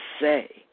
say